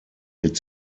wird